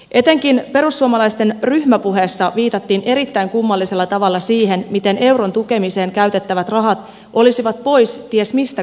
etenkin perussuomalaisten ryhmäpuheessa viitattiin erittäin kummallisella tavalla siihen miten euron tukemiseen käytettävät rahat olisivat pois ties mistä kaikesta hyvästä